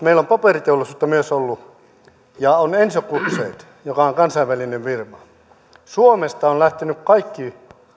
meillä on paperiteollisuutta myös ollut ja enso gutzeit joka on kansainvälinen firma suomesta ovat lähteneet kaikki